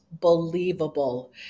believable